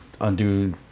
undo